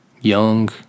Young